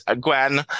Gwen